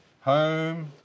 Home